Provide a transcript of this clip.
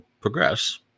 progress